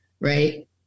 right